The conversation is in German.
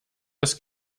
das